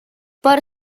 per